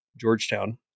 Georgetown